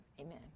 Amen